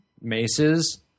maces